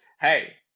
Hey